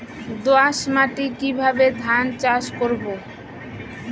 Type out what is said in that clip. দোয়াস মাটি কিভাবে ধান চাষ করব?